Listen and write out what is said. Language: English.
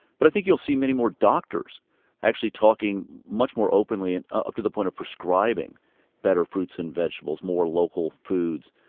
but i think you'll see many more doctors actually talking much more openly, up to the point of prescribing better fruits and vegetables, more local foods,